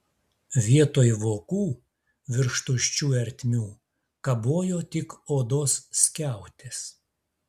vietoj vokų virš tuščių ertmių kabojo tik odos skiautės